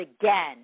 again